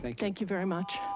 thank you very much.